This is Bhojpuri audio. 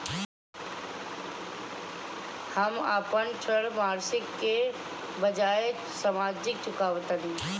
हम अपन ऋण मासिक के बजाय साप्ताहिक चुकावतानी